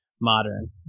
modern